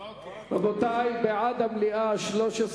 רבותי, בעד המליאה, 13,